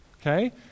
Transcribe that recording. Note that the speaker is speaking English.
Okay